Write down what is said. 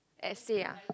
essay ah